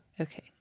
okay